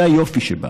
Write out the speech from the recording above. זה היופי שבה.